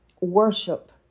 worship